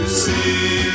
see